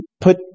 put